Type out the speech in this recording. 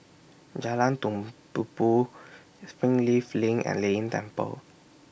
Jalan Tumpupu Springleaf LINK and Lei Yin Temple